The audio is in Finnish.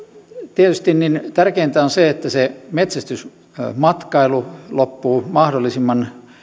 tietysti tärkeintä on se että se metsästysmatkailu loppuu mahdollisimman